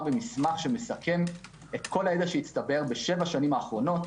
במסמך שמסכם את כל הידע שהצטבר בשבע השנים האחרונות